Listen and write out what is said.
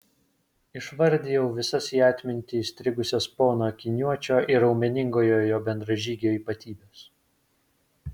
išvardijau visas į atmintį įstrigusias pono akiniuočio ir raumeningojo jo bendražygio ypatybes